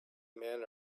men